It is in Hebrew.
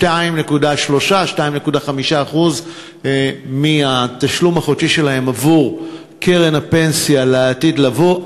2.3% 2.5% מהתשלום החודשי שלהם עבור קרן הפנסיה לעתיד לבוא,